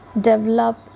develop